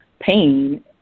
pain